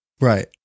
right